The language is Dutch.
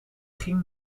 ging